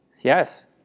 Yes